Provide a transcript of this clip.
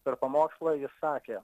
per pamokslą jis sakė